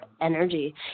energy